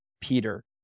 Peter